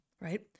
right